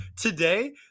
Today